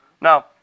Now